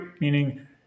meaning